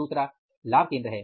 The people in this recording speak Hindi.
दूसरा लाभ केंद्र है